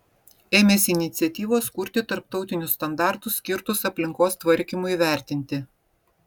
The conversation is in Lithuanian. ėmėsi iniciatyvos kurti tarptautinius standartus skirtus aplinkos tvarkymui vertinti